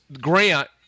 grant